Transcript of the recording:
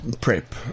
prep